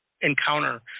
encounter